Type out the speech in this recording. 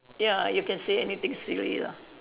ya you can say anything silly lah